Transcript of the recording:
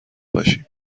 باشیم